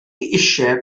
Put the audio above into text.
eisiau